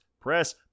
Press